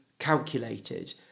calculated